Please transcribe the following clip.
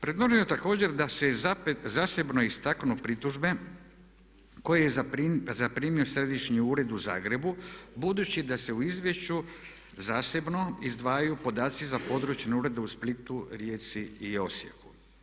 Predloženo je također da se zasebno istaknu pritužbe koje je zaprimio središnji ured u Zagrebu budući da se u izvješću zasebno izdvajaju podaci za područne urede u Splitu, Rijeci i Osijeku.